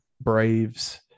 Braves